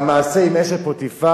המעשה עם אשת פוטיפר,